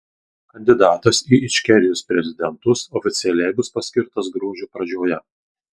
kandidatas į ičkerijos prezidentus oficialiai bus paskirtas gruodžio pradžioje